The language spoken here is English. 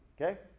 okay